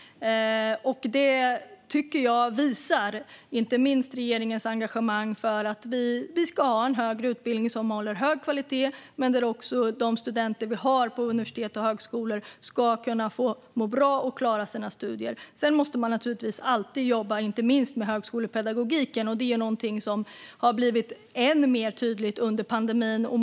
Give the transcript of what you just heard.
Detta tycker jag visar regeringens engagemang för att vi ska ha en högre utbildning som håller hög kvalitet och där våra studenter på universitet och högskolor kan må bra och klara sina studier. Sedan måste man naturligtvis alltid jobba med högskolepedagogiken. Det är någonting som har blivit än mer tydligt under pandemin.